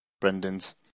Brendan's